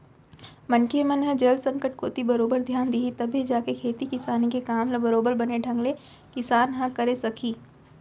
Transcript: मनखे मन ह जल संकट कोती बरोबर धियान दिही तभे जाके खेती किसानी के काम ल बरोबर बने ढंग ले किसान ह करे सकही